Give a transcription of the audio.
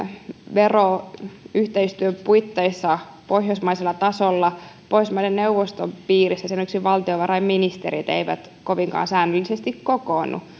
veroyhteistyön puitteissa pohjoismaisella tasolla pohjoismaiden neuvoston piirissä esimerkiksi valtiovarainministerit eivät kovinkaan säännöllisesti kokoonnu toisin